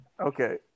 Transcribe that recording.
Okay